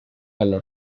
galo